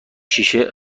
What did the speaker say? شیشه